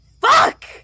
fuck